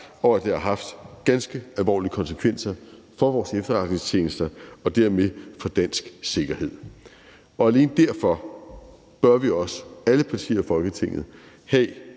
og at det har haft ganske alvorlige konsekvenser for vores efterretningstjenester og dermed for dansk sikkerhed. Alene derfor bør vi også, alle partier i Folketinget,